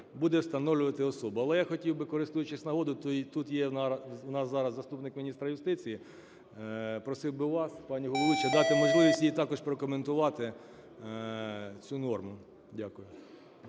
буде встановлювати особу. Але я хотів би, користуючись нагодою, що тут є в нас зараз заступник міністра юстиції, просив би вас, пані головуюча, дати можливість їй також прокоментувати цю норму. Дякую.